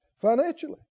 financially